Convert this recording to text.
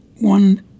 One